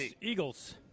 Eagles